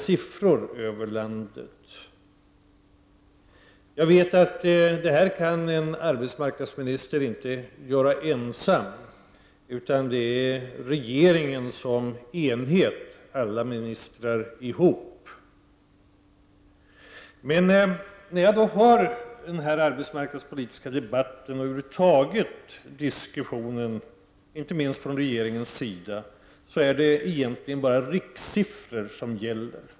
Om svaret på frågan är nej, vilket jag förutsätter, varför görs då inte mer för att få litet jämnare siffror över landet? Jag vet att arbetsmarknadsministern inte ensam kan göra någonting åt detta. Det är regeringen som helhet, alla ministrar tillsammans, som kan göra något. I den arbetsmarknadspolitiska debatten, och i diskussioner över huvud taget, inte minst med regeringen, är det egentligen bara rikssiffror som gäller.